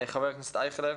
חבר הכנסת אייכלר.